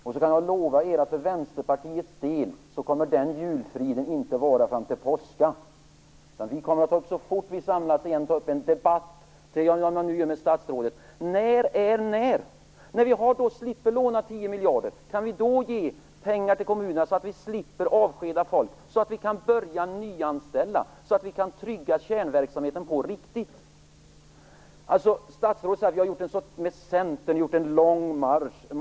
Jag kan lova er att julfriden för Vänsterpartiets del inte kommer att vara fram till påska. Så fort vi samlas igen kommer vi att ta upp en debatt, såsom jag nu gör med statsrådet. När skall vi satsa mer på vård och omsorg? Kan vi, när vi slipper låna 10 miljarder, ge pengar till kommunerna så att vi slipper avskeda folk och så att vi kan börja nyanställa så att vi kan trygga kärnverksamheten på riktigt? Statsrådet säger att man har gått en lång marsch med Centern.